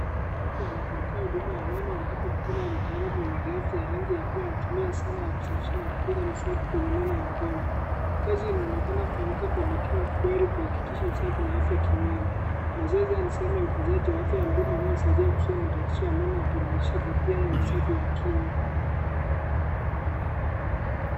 Mtu anapokea huduma ya meno ambapo mkono wa mtalamu wenye glavu za rangi ya buluu anatumia sana ya kusafisha na kupiga mswaki kwenye meno ya mgonjwa. Kazi inaonekana kufanyika kwa makini mkubwa ili kuhakikisha usafi na afya kinywani. Mzazi yeye anasema utunzaji wa afya ya mdomo unaosaidia kusuluhisha matatizo ya meno na kuimarisha tabia ya usafi ya kinywa.